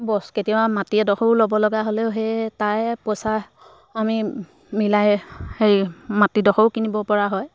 বস কেতিয়াবা মাটি এডোখৰো ল'ব লগা হ'লেও সেই তাৰে পইচা আমি মিলাই হেৰি মাটিডোখৰো কিনিব পৰা হয়